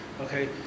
Okay